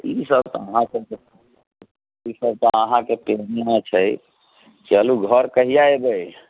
आ ई सब तऽ अहाँ सबकेँ ई सब तऽ अहाँ के केनहो छै चलू घर कहिआ अयबै